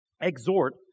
exhort